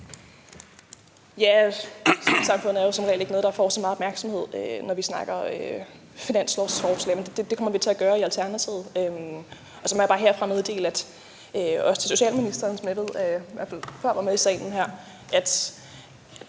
Civilsamfundet er jo som regel ikke noget, der får så meget opmærksomhed, når vi snakker finanslovsforslag, men det kommer vi til at gøre i Alternativet. Og så må jeg bare herfra meddele, også til socialministeren, som jeg ved, i hvert fald før, var med i salen her, at